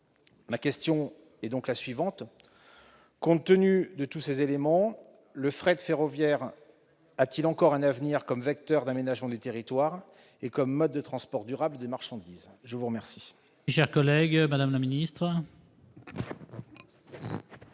à l'essor du fret ferroviaire. Compte tenu de tous ces éléments, le fret ferroviaire a-t-il encore un avenir comme vecteur d'aménagement du territoire et comme mode de transport durable des marchandises ? La parole